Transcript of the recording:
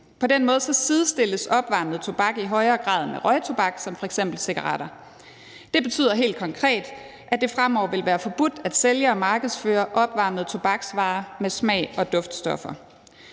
På den måde sidestilles opvarmet tobak i højere grad med røgtobak som f.eks. cigaretter. Det betyder helt konkret, at det fremover vil være forbudt at sælge og markedsføre opvarmede tobaksvarer med smag og duftstoffer.